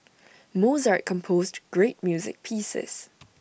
Mozart composed great music pieces